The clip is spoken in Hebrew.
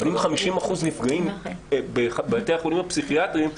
אבל אם 50% נפגעים בבתי החולים הפסיכיאטריים,